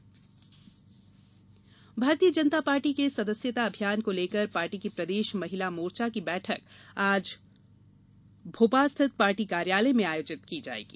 BJP महिला मोर्चा बैठक भारतीय जनता पार्टी के सदस्यता अभियान को लेकर पार्टी की प्रदेश महिला मोर्चा की बैठक आज भोपाल स्थित पार्टी कार्यालय में आयोजित की जाएगी